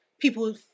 people